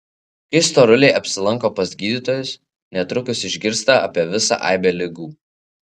kai storuliai apsilanko pas gydytojus netrukus išgirsta apie visą aibę ligų